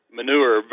manure